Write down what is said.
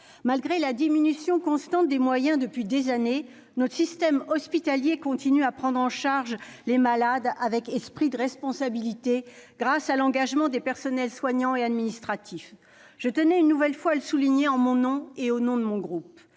Malgré la diminution constante des moyens depuis des années, notre système hospitalier continue à prendre en charge les malades avec un esprit de responsabilité, grâce à l'engagement des personnels soignants et administratifs. Je tenais une nouvelle fois à le souligner en mon nom comme au nom de mon groupe.